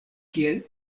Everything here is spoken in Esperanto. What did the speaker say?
kiel